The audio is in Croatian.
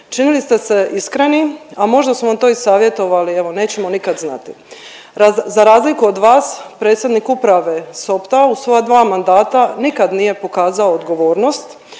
činili ste se iskrenim, a možda su vam to i savjetovali evo nećemo nikad znati. Za razliku od vas predsjednik uprave Sopta u svoja dva mandata nikad nije pokazao odgovornost.